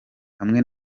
hamwe